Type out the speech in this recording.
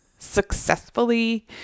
successfully